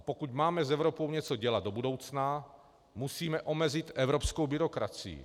Pokud máme s Evropou něco dělat do budoucna, musíme omezit evropskou byrokracii.